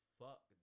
fuck